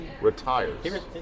Retires